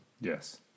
Yes